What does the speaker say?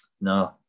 No